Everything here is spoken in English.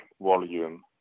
volume